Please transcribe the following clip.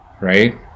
right